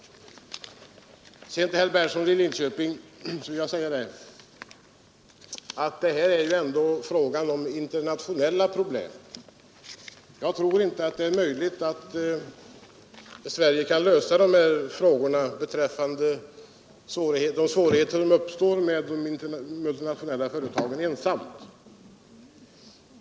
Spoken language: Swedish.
Till herr Berndtson i Linköping vill jag säga att det här ju ändå är fråga om internationella problem. Jag tror inte att Sverige ensamt kan lösa de svårigheter som uppstår med de multinationella företagen.